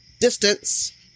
distance